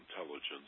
intelligence